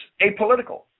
apolitical